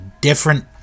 different